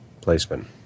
placement